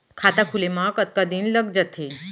खाता खुले में कतका दिन लग जथे?